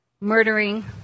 murdering